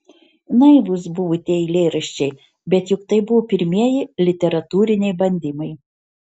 naivūs buvo tie eilėraščiai bet juk tai buvo pirmieji literatūriniai bandymai